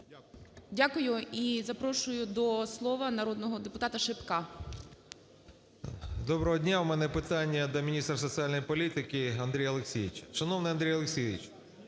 Дякую. І запрошую до слова народного депутатаШипка. 11:13:36 ШИПКО А.Ф. Доброго дня! У мене питання до міністра соціальної політики Андрія Олексійовича.